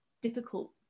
difficult